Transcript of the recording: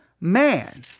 man